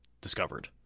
discovered